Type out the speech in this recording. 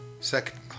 second